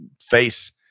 face